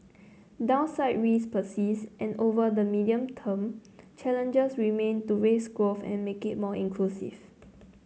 downside risks persist and over the medium term challenges remain to raise growth and make it more inclusive